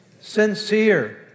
sincere